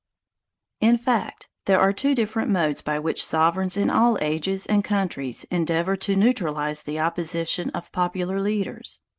in fact, there are two different modes by which sovereigns in all ages and countries endeavor to neutralize the opposition of popular leaders.